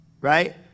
right